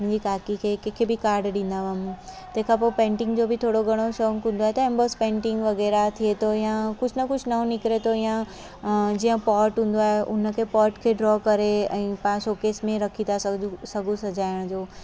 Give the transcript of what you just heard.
मुंहिंजी काकीअ खे कंहिंखे बि काड ॾींदी हुअमि तंहिंखां पोइ पेंटिंग जो बि थोरो घणो शौक़ु हूंदो आहे त बसि पेंटिंग वग़ैरह थिये थो या कुझु न कुझु नओं निकिरे थो या जीअं पोट हूंदो आहे हुन पोट खे ड्रॉ करे ऐं पाणि शोकेस में रखी था सॾूं सघूं सजाइण जो